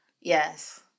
Yes